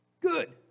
Good